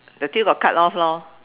the tail got cut off lor